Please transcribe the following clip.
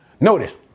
notice